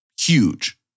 huge